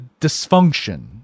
dysfunction